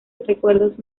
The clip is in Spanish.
recuerdos